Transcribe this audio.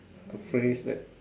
a phrase that